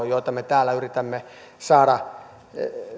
joita me täällä yritämme saada